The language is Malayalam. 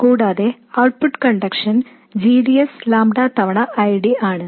കൂടാതെ output conductance g d s lambda ഗുണനം I D ആണ്